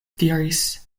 diris